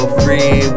free